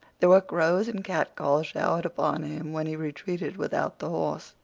there were crows and catcalls showered upon him when he retreated without the horse.